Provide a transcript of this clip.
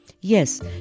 Yes